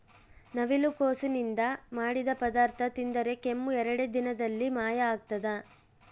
ನವಿಲುಕೋಸು ನಿಂದ ಮಾಡಿದ ಪದಾರ್ಥ ತಿಂದರೆ ಕೆಮ್ಮು ಎರಡೇ ದಿನದಲ್ಲಿ ಮಾಯ ಆಗ್ತದ